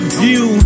view